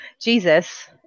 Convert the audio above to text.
Jesus